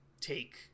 take